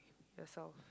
yourself